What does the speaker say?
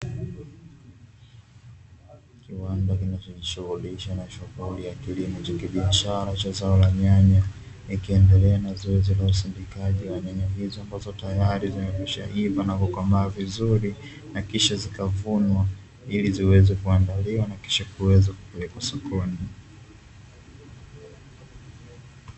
Kiwanda kunachojihusisha na shughuli ya kilimo vha kibiashara cha zao la nyanya, kikiendelea na zoezi la usindikaji wa nyahozo ambazo tayari zimekwishaiva na kukomaa vizuri na kisha zikavunwa iliziweze kuandaliwa naq kisha kupelekwa sokoni.